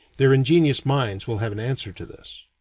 their ingenious minds will have an answer to this.